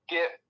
get